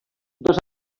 dos